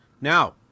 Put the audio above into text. Now